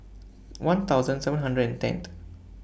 one thousand seven hundred and tenth